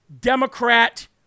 Democrat